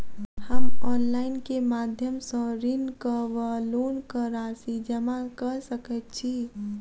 हम ऑनलाइन केँ माध्यम सँ ऋणक वा लोनक राशि जमा कऽ सकैत छी?